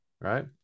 right